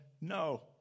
no